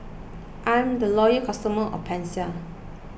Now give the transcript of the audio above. I'm a loyal customer of Pansy